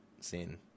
scene